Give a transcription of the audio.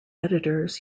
editors